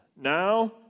Now